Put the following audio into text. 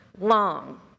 long